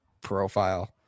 profile